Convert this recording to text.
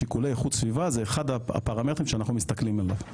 שיקולי איכות הסביבה זה גם אחד הפרמטרים שאנחנו מסתכלים עליו.